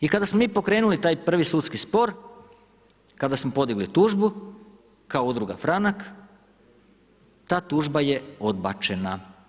I kada smo mi pokrenuli taj prvi sudski spor, kada smo podigli tužbu, kao Udruga Franak ta tužba je odbačena.